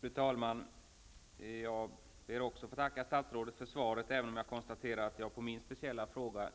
Fru talman! Jag ber också att få tacka statsrådet för svaret, även om jag kan konstatera att jag på min speciella fråga